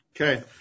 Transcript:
Okay